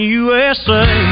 usa